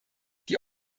die